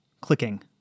clicking